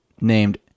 named